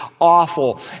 awful